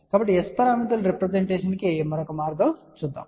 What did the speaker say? కాబట్టి ఇది S పారామితుల రిప్రజెంటేషన్ కి మరొక మార్గం అవుతుంది